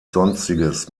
sonstiges